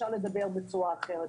ואז אפשר לדבר בצורה אחרת.